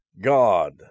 God